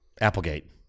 Applegate